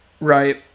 right